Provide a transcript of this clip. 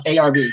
ARV